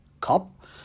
cup